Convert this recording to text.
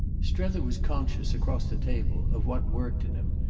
strether was conscious across the table of what worked in him,